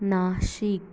Nashik